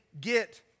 get